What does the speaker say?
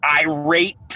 irate